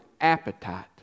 appetite